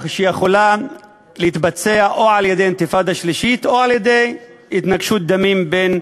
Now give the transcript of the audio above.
שיכולה להתבצע או על-ידי אינתיפאדה שלישית או על-ידי התנגשות דמים בין,